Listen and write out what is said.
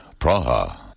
Praha